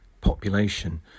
population